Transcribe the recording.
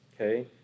Okay